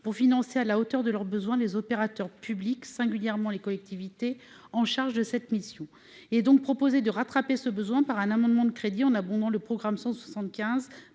pour financer à la hauteur de leurs besoins des opérateurs publics singulièrement les collectivités en charge de cette mission et donc proposé de rattraper ce besoin par un amendement de crédit en abondant le programme 175